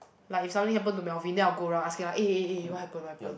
like if something happened to Melvin then I'll go around asking like eh eh eh what happen what happen